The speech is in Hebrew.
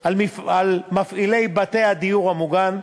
על מפעילי בתי הדיור המוגן,